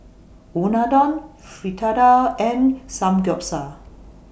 Unadon Fritada and Samgyeopsal